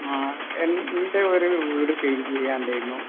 ആ എൻ്റെയൊരു വീട് പെയ്ൻറ്റ് ചെയ്യാനുണ്ടായിരുന്നു